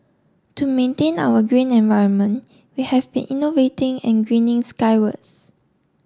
to maintain our green environment we have been innovating and greening skywards